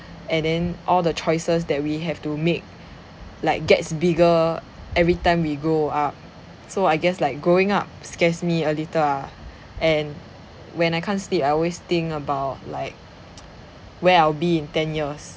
and then all the choices that we have to make like gets bigger every time we grow up so I guess like growing up scares me a little ah and when I can't sleep I always think about like where I'll be in ten years